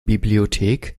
bibliothek